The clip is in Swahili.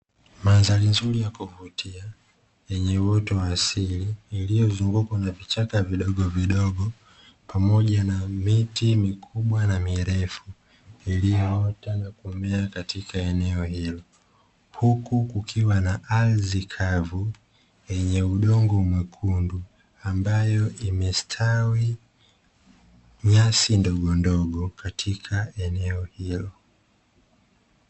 Mandhari nzuri ya kuvutia yenye uoto wa asili iliyozungukwa na vichaka vidogovidogo, pamoja na miti mikubwa na mirefu, iliyoota na kumea katika eneo hilo, huku kukiwa na ardhi kavu, yenye udongo mwekundu ambayo imesitawi nyasi ndogondogo katika eneo hilo.